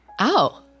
Ow